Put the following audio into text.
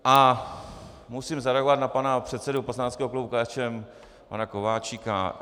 A musím zareagovat na pana předsedu poslaneckého klubu KSČM, pana Kováčika.